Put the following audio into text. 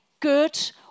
good